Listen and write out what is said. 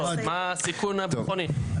מה הסיכון הביטחוני.